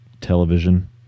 television